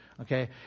Okay